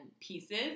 pieces